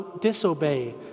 disobey